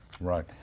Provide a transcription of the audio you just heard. Right